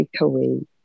takeaway